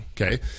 Okay